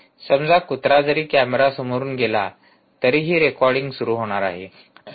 समजा कुत्रा जरी कॅमेऱ्यासमोरून गेला तरीही रेकॉर्डिंग सुरू होणार आहे